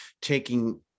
taking